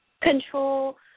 control